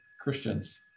Christians